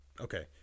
Okay